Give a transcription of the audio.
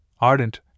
ardent